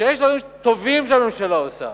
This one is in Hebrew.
כשיש דברים טובים שהממשלה עושה,